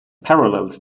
parallels